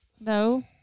No